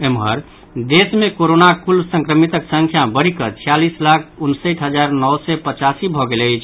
एम्हर देश मे कोरोनाक कुल संक्रमितक संख्या बढ़िकऽ छियालीस लाख उनसठि हजार नओ सय पचासी भऽ गेल अछि